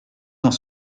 dans